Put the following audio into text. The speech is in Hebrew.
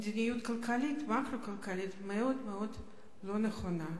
מדיניות כלכלית, מקרו-כלכלית, מאוד מאוד לא נכונה,